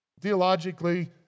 theologically